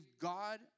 God